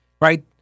Right